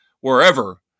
wherever